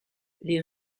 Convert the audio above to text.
les